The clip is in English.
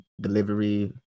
delivery